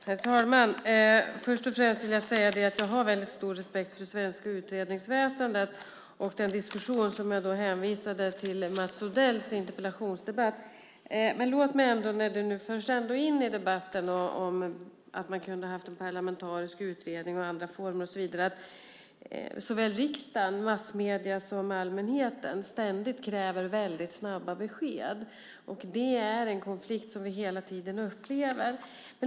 Herr talman! Först och främst vill jag säga att jag har väldigt stor respekt för svenskt utredningsväsende med hänvisning till den tidigare interpellationsdebatten med Mats Odell. När det nu ändå förs in i debatten att man kunde ha haft en parlamentarisk utredning under andra former vill jag säga att såväl riksdagen, massmedier som allmänheten ständigt kräver väldigt snabba besked. Det är en konflikt som vi hela tiden upplever.